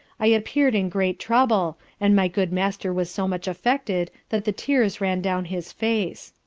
i appeared in great trouble, and my good master was so much affected that the tears ran down his face.